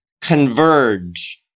converge